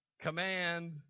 command